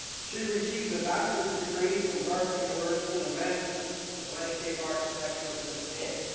she received a bachelor's degree from harvard university and a masters of landscape architecture from penn.